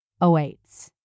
awaits